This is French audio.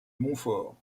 montfort